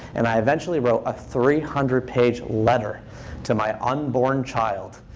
and i eventually wrote a three hundred page letter to my unborn child,